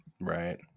Right